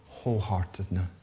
wholeheartedness